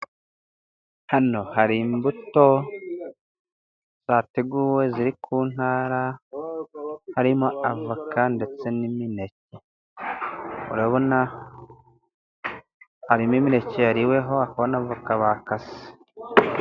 Hano hari imbuto, zateguwe ziri ku ntara harimo: avoka, ndetse n'imineke, urabona harimo imineke yariweho, hakaba na avoka bakase.